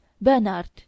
bernard